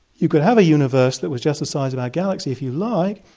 you could have a universe that was just the size of our galaxy if you like,